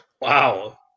Wow